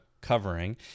covering